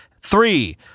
Three